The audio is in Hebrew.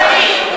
ודמוקרטיה?